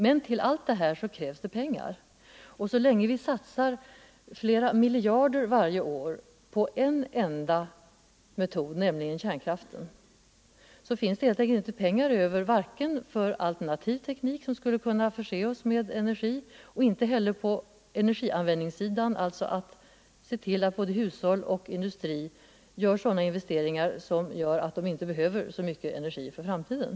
Men till allt detta behövs pengar. Och så länge vi satsar flera miljarder varje år på en enda metod, nämligen kärnkraften, finns det inte pengar över för alternativ teknik, som skulle kunna förse oss med energi, och inte heller på energianvändningssidan, alltså när det gäller att se till att både hushåll och industrier gör sådana investeringar att de inte behöver så mycket energi för framtiden.